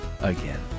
again